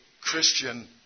Christian